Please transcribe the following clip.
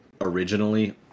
originally